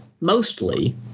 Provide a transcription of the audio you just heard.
mostly